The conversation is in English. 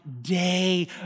day